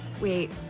wait